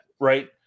right